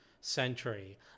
century